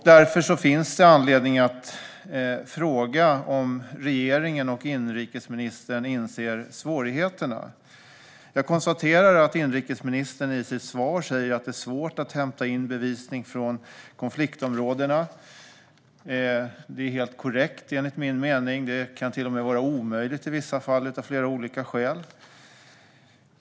Därför finns det anledning att fråga om regeringen och inrikesministern inser svårigheterna. Jag konstaterar att inrikesministern i sitt svar säger att det är svårt att hämta in bevisning från konfliktområdena. Det är helt korrekt enligt min mening. Det kan till och med vara omöjligt i vissa fall av flera olika skäl.